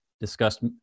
discussed